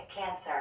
cancer